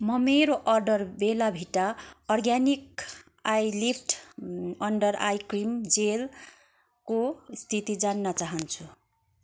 म मेरो order Bella Vita organic eyelift under eye cream जेलको स्थिति जान्न चाहन्छु